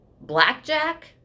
blackjack